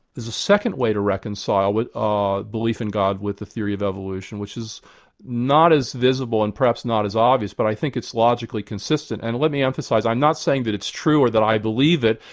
there's a second way to reconcile ah belief in god with the theory of evolution, which is not as visible and perhaps not as obvious, but i think it's logically consistent, and let me emphasise, i'm not saying that it's true or that i believe it,